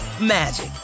magic